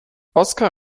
oskar